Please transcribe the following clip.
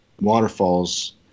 waterfalls